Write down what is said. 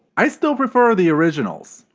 i still prefer the originals.